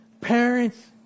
parents